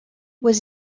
was